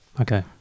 Okay